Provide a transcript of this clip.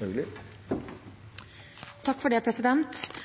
arbeidsliv. Det